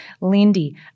Lindy